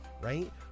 right